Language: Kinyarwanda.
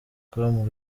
com